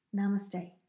Namaste